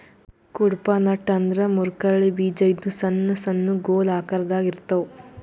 Cuddapah nut ಅಂದ್ರ ಮುರ್ಕಳ್ಳಿ ಬೀಜ ಇದು ಸಣ್ಣ್ ಸಣ್ಣು ಗೊಲ್ ಆಕರದಾಗ್ ಇರ್ತವ್